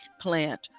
plant